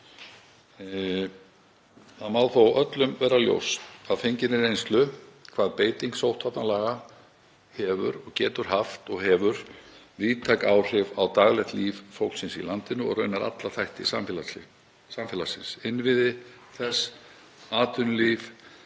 Þó má öllum vera ljóst að fenginni reynslu að beiting sóttvarnalaga getur haft og hefur víðtæk áhrif á daglegt líf fólksins í landinu og raunar á alla þætti samfélagsins, innviði þess, atvinnulíf,